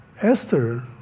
Esther